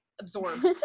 absorbed